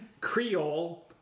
Creole